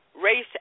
Race